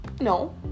No